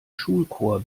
schulchor